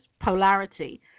polarity